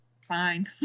fine